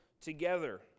together